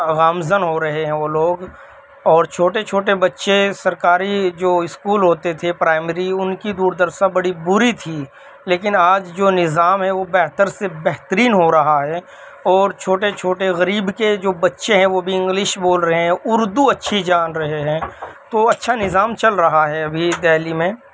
گامزن ہو رہے ہیں وہ لوگ اور چھوٹے چھوٹے بچے سرکاری جو اسکول ہوتے تھے پرائمری ان کی دوردرشا بڑی بری تھی لیکن آج جو نظام ہے وہ بہتر سے بہترین ہو رہا ہے اور چھوٹے چھوٹے غریب کے جو بچے ہیں وہ بھی انگلش بول رہے ہیں اردو اچھی جان رہے ہیں تو اچھا نظام چل رہا ہے ابھی دہلی میں